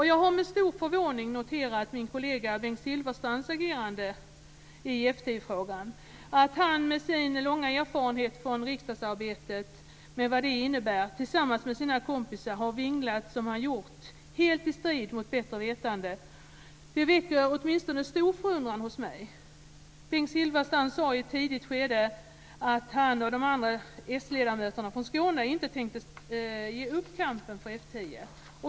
Jag har med stor förvåning noterat min kollega Bengt Silfverstrands agerande i F 10-frågan. Att han med sin långa erfarenhet från riksdagsarbetet, med vad det innebär, tillsammans med sina kompisar har vinglat som han gjort helt i strid mot bättre vetande väcker stor förundran åtminstone hos mig. Bengt Silfverstrand sade i ett tidigt skede att han och de andra s-ledamöterna från Skåne inte tänkte ge upp kampen för F 10.